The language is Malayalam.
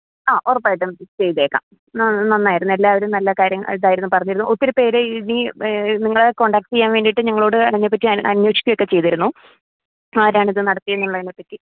ആ ഉറപ്പായിട്ടും ചെയ്തേക്കാം നന്നായിരുന്നു എല്ലാവരും നല്ല കാര്യങ്ങൾ ആയിട്ടായിരുന്നു പറഞ്ഞിരുന്നത് ഒത്തിരിപ്പേർ ഈ നിങ്ങളെ കോണ്ടാക്ട് ചെയ്യാൻ വേണ്ടിയിട്ട് ഞങ്ങളോട് അതിനെ പറ്റി അന്വേഷിക്കുക ഒക്കെ ചെയ്തിരുന്നു ആരാണിത് നടത്തിയത് എന്നുള്ളതിനെ പറ്റി